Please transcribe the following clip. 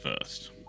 first